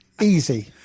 Easy